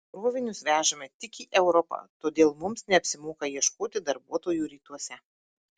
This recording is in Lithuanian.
krovinius vežame tik į europą todėl mums neapsimoka ieškoti darbuotojų rytuose